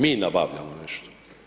Mi nabavljamo nešto.